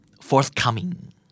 forthcoming